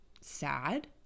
sad